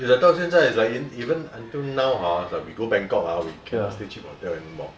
it's like 到现在 it's like even until now ah we go bangkok ah we cannot stay cheap hotel anymore